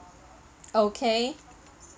okay